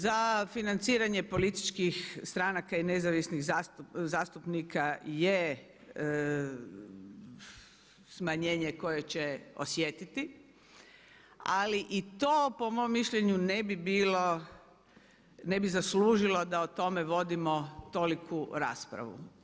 Za financiranje političkih stranaka i nezavisnih zastupnika je smanjenje koje će osjetiti ali i to po mom mišljenju ne bi bilo, ne bi zaslužilo da o tome vodimo toliku raspravu.